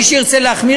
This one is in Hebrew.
מי שירצה להחמיר,